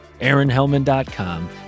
AaronHellman.com